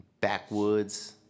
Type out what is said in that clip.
Backwoods